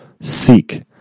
seek